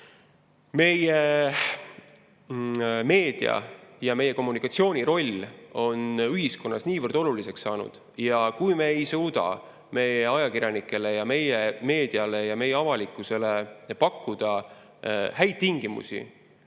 kus meedia ja kommunikatsiooni roll ühiskonnas on niivõrd oluliseks saanud. Kui me ei suuda oma ajakirjanikele ja meediale ja avalikkusele pakkuda häid tingimusi